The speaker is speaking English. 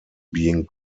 being